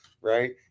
right